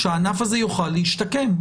יוכל להשתקם.